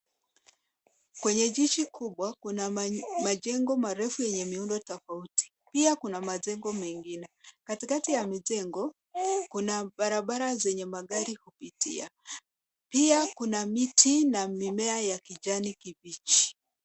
Kwenye jiji kubwa, kuna majengo marefu yenye miundo tofauti. Pia, kuna majengo mengine. Katikati ya majengo, kuna barabara zenye magari hupitia. Pia kuna miti na mimea ya kijani kibichi.